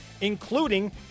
including